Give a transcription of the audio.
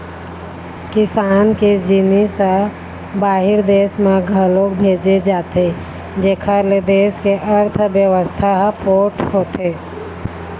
किसान के जिनिस ह बाहिर देस म घलोक भेजे जाथे जेखर ले देस के अर्थबेवस्था ह पोठ होथे